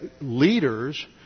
leaders